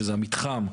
שזה מתחם,